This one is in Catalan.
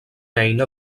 eina